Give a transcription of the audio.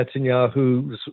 Netanyahu's